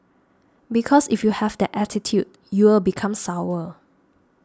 because if you have that attitude you'll become sour